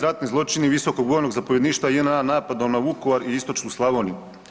Ratni zločini visokog vojnog zapovjedništva JNA napadom na Vukovar i istočnu Slavoniju.